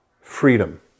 freedom